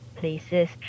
Places